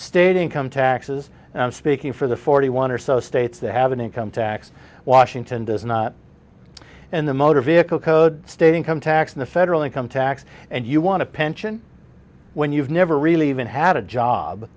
state income taxes and speaking for the forty one or so states that have an income tax washington does not and the motor vehicle code state income tax in the federal income tax and you want to pension when you've never really even had a job